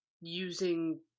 using